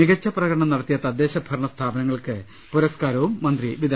മികച്ച പ്രകടനം നടത്തിയ തദ്ദേശഭരണസ്ഥാപനങ്ങൾക്ക് പുരസ്കാരവും മന്ത്രി വിതരണം ചെയ്തു